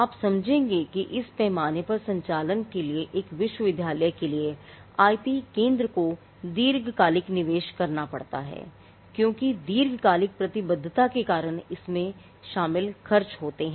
आप समझेंगे कि इस पैमाने पर संचालन के लिए एक विश्वविद्यालय के लिए आईपी केंद्र को दीर्घकालिक निवेश करना पड़ता है क्योंकि दीर्घकालिक प्रतिबद्धता के कारण इसमें शामिल खर्च होते हैं